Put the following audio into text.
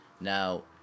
Now